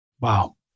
Wow